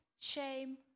shame